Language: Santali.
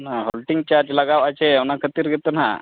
ᱚᱱᱟ ᱦᱚᱞᱴᱤᱝ ᱪᱟᱨᱡᱽ ᱞᱟᱜᱟᱣ ᱟᱥᱮ ᱚᱱᱟ ᱠᱷᱟᱹᱛᱤᱨ ᱜᱮᱛᱚ ᱦᱟᱸᱜ